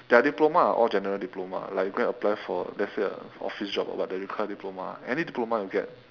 their diploma are all general diploma like you go and apply for let's say a office job or what that require diploma any diploma will get